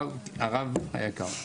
הרב היקר,